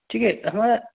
ठीक है हमारा